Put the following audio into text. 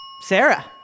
Sarah